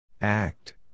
Act